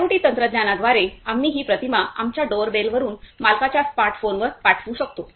IoT तंत्रज्ञानाद्वारे आम्ही ती प्रतिमा आमच्या डोरबेलवरून मालकाच्या स्मार्ट फोनवर पाठवू शकतो